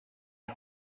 est